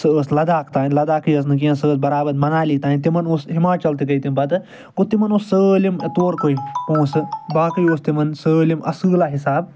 سۄ ٲسۍ لَداخ تانۍ لَداخٕے یٲژ ٲس نہٕ کینٛہہ سۄ ٲسۍ بَرابر مَنالی تانۍ تِمَن اوس ہِماچَل تہِ گٔے تِم پَتہٕ گوٚو تِمَن اوس سٲلِم باقی اوس تِمَن سٲلِم اصۭل حِساب